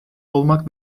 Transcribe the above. olmak